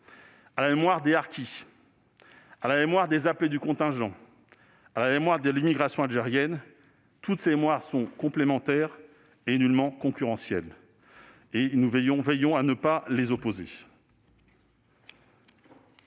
à la mémoire des harkis, à la mémoire des appelés du contingent, à la mémoire de l'immigration algérienne : toutes ces mémoires sont complémentaires et nullement concurrentes. Veillons à ne pas les opposer.